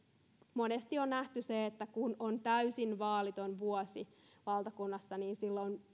monesti on nähty se että kun on täysin vaaliton vuosi valtakunnassa niin silloin